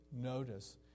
notice